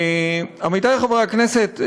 עמיתי חברי הכנסת,